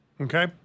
Okay